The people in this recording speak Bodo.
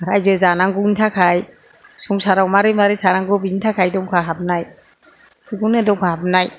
रायजो जानांगौनि थाखाय संसाराव माबोरै माबोरै जानांगौ बेनि थाखाय दंखा हाबनाय बेखौनो दंखा हाबनाय